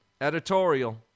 editorial